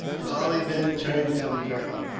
charlie then turned to the girl.